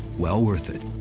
well worth it.